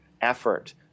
effort